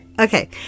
Okay